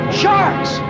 sharks